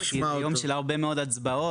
כי זה יום של הרבה מאוד הצבעות.